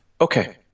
Okay